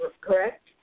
Correct